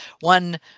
one